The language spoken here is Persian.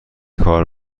کار